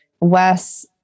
Wes